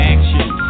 Action